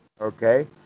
Okay